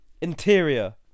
interior